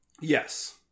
Yes